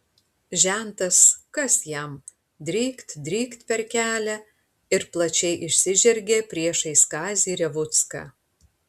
žentas kas jam drykt drykt per kelią ir plačiai išsižergė priešais kazį revucką